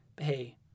hey